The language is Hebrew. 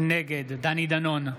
נגד דני דנון,